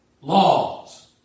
laws